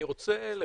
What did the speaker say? אני רוצה לחדד,